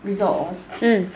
wizard of oz